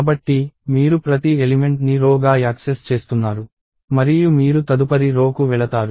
కాబట్టి మీరు ప్రతి ఎలిమెంట్ ని రో గా యాక్సెస్ చేస్తున్నారు మరియు మీరు తదుపరి రో కు వెళతారు